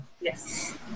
Yes